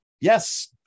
yes